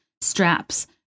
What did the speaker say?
straps